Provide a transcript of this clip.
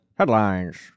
headlines